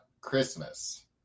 Christmas